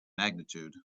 magnitude